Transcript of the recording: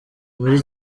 muri